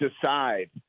decide